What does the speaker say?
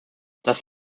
das